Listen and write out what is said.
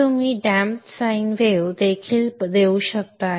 तर तुम्ही damp sine wave देखील देऊ शकता